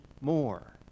more